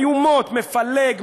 איומות: מפלג,